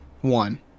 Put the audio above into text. One